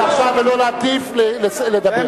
בבקשה לא להטיף, לדבר.